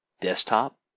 desktop